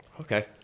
Okay